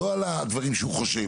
לא על הדברים שהם חושב,